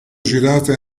girate